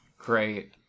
great